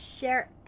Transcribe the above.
share